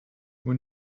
vous